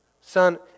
Son